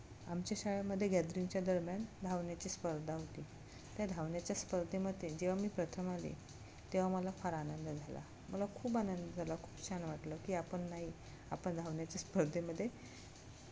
आमच्या शाळेमध्ये गॅदरिंगच्या दरम्यान धावण्याची स्पर्धा होती त्या धावण्याच्या स्पर्धेमध्ये जेव्हा मी प्रथम आले तेव्हा मला फार आनंद झाला मला खूप आनंद झाला खूप छान वाटलं की आपण नाही आपण धावण्याच्या स्पर्धेमध्ये